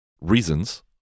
reasons